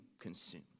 consume